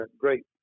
great